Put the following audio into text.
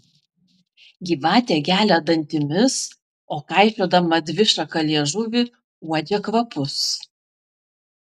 gyvatė gelia dantimis o kaišiodama dvišaką liežuvį uodžia kvapus